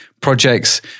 projects